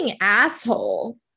asshole